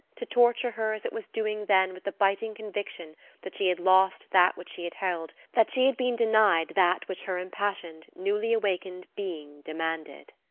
to torture her as it was doing then with the biting conviction that she had lost that which she had held, that she had been denied that which her impassioned, newly awakened being demanded.